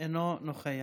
אינו נוכח.